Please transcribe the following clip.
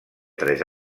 tres